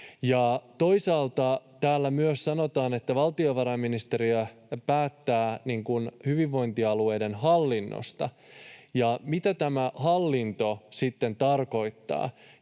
Toisaalta täällä myös sanotaan, että valtiovarainministeriö päättää hyvinvointialueiden hallinnosta. Mitä tämä ”hallinto” sitten tarkoittaa?